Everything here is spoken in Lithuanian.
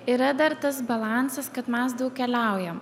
yra dar tas balansas kad mes daug keliaujam